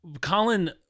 Colin